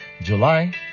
july